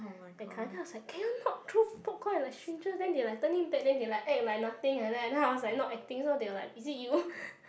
that kind then I was like can you not throw popcorn at like stranger then they like turning back then they like act like nothing like that then I was like not acting so they were like is it you